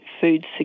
food